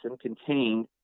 contained